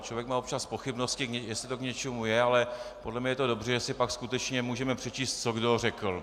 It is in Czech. Člověk má občas pochybnosti, jestli to k něčemu je, ale podle mne je to dobře, že si pak skutečně můžeme přečíst, co kdo řekl.